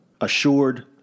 assured